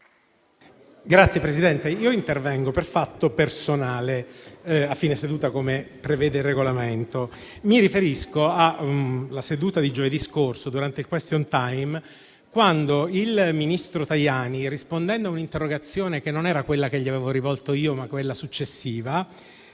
Signor Presidente, io intervengo per fatto personale, a fine seduta, come prevede il Regolamento. Mi riferisco alla seduta di giovedì scorso, durante il *question time*, quando il ministro Tajani, rispondendo a una interrogazione, che non era quella che gli avevo rivolto io, ma quella successiva,